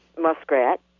muskrat